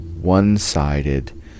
one-sided